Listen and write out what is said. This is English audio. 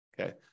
Okay